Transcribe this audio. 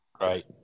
Right